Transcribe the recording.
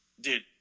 Dude